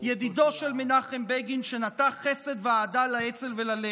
ידידו של מנחם בגין שנטה חסד ואהדה לאצ"ל וללח"י.